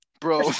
bro